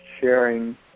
sharing